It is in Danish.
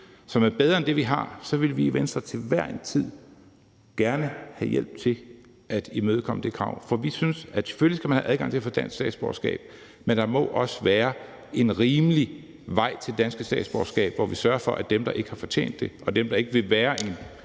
som er bedre end det, vi har, så vil vi i Venstre til hver en tid gerne have hjælp til at imødekomme det krav. For vi synes, at selvfølgelig skal man have adgang til at få dansk statsborgerskab, men der må også være en rimelig vej til det danske statsborgerskab, hvor vi sørger for, at dem, der ikke har fortjent det, og dem, der ikke vil være en